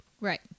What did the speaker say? Right